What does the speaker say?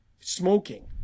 smoking